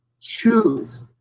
choose